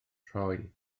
rhoi